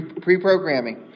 pre-programming